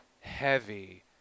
heavy